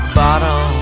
bottom